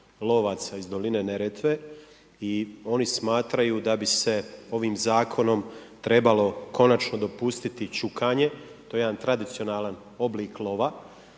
lovaca iz Doline Neretve i oni smatraju da bi se ovim zakonom trebalo konačno dopustiti čukanje, to je jedan tradicionalan oblik lova,